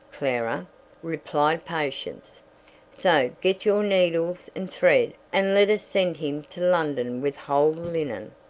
clara replied patience so get your needles and thread, and let us send him to london with whole linen.